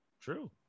true